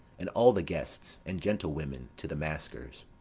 and all the guests and gentlewomen to the maskers.